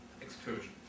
excursion